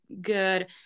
good